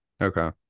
Okay